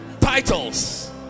titles